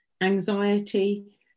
anxiety